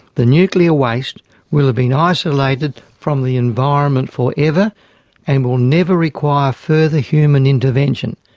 the nuclear waste will have been isolated from the environment forever and will never require further human intervention.